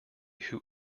who